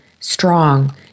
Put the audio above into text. strong